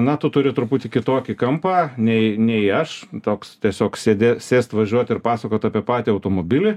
na tu turi truputį kitokį kampą nei nei aš toks tiesiog sėdė sėst važiuot ir pasakot apie patį automobilį